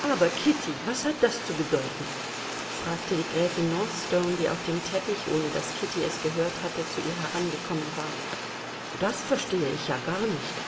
aber kitty was hat das zu bedeuten fragte die gräfin northstone die auf dem teppich ohne daß kitty es gehört hatte zu ihr herangekommen war das verstehe ich ja gar nicht